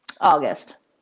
August